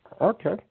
Okay